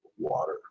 water